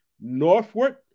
northward